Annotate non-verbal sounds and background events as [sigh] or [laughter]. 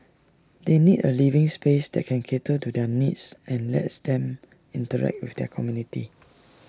they need A living space that can cater to their needs and lets them interact with their community [noise]